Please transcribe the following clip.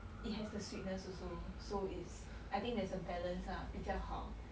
it has the sweetness also so it's I think there's a balance lah 比较好